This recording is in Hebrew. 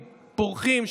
פורחים,